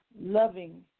loving